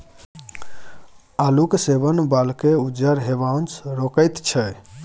आलूक सेवन बालकेँ उज्जर हेबासँ रोकैत छै